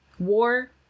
war